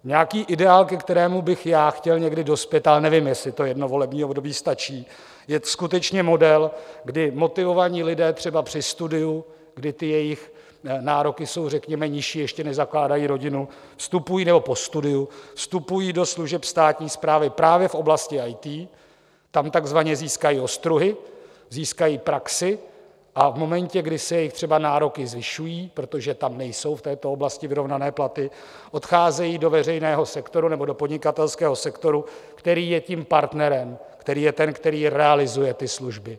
Nějaký ideál, ke kterému bych chtěl někdy dospět, ale nevím, jestli jedno volební období stačí, je skutečně model, kdy motivovaní lidé třeba při studiu, kdy jejich nároky jsou řekněme nižší, ještě nezakládají rodinu, nebo po studiu vstupují do služeb státní správy právě v oblasti IT, tam takzvaně získají ostruhy, získají praxi a v momentě, kdy se třeba jejich nároky zvyšují, protože tam nejsou v této oblasti vyrovnané platy, odcházejí do veřejného sektoru nebo do podnikatelského sektoru, který je tím partnerem, který je ten, který realizuje ty služby.